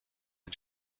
ein